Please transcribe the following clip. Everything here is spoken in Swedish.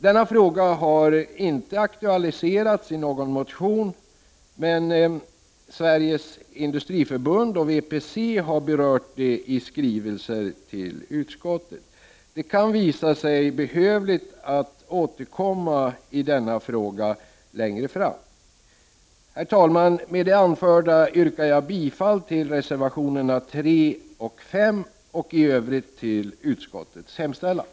Denna fråga har ej aktualiserats i någon motion, men Sveriges industriförbund och VPC har berört 3 problemen i skrivelser till utskottet. Det kan visa sig behövligt att återkomma i denna fråga. Herr talman! Med det anförda yrkar jag bifall till reservationerna nr 3 och nr 5 och i övrigt till utskottets hemställan.